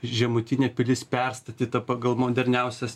žemutinė pilis perstatyta pagal moderniausias